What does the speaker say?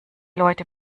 leute